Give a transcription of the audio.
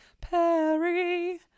Perry